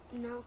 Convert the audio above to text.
No